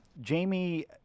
Jamie